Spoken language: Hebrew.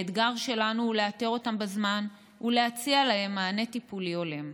האתגר שלנו הוא לאתר אותם בזמן ולהציע להם מענה טיפולי הולם.